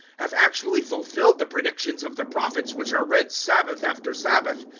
have actually fulfilled the predictions of the prophets which are read sabbath after sabbath,